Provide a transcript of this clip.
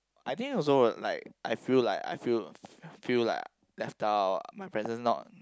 I think it also like I feel like I feel feel like left out my presence not